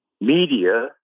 Media